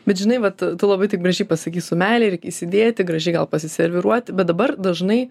bet žinai vat tu labai gražiai pasakei su meile ir įsidėti gražiai gal pasiserviruoti bet dabar dažnai